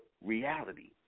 reality